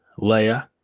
Leia